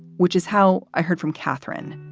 which is how i heard from catherine.